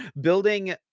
building